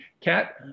Kat